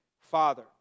father